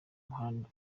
muhanda